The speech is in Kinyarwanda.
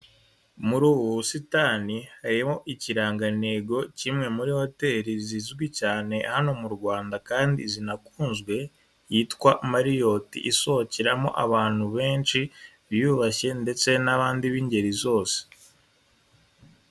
Muri ubu busitani harimo ikirangantego k'imwe muri hoteri zizwi cyane hano mu Rwanda kandi zinakunzwe, yitwa Marriot, isohokeramo abantu benshi biyubashye ndetse n'abandi b'ingeri zose.